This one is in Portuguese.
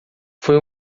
foi